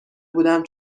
بودم